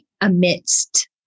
amidst